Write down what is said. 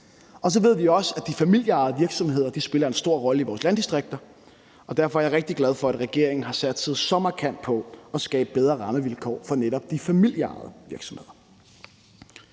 Så ved vi også, at de familieejede virksomheder spiller en stor rolle i vores landdistrikter, og derfor er jeg rigtig glad for, at regeringen har satset så markant på at skabe bedre rammevilkår for netop de familieejede virksomheder.